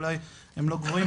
אולי הם לא גבוהים,